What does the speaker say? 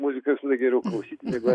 muzikas geriau negu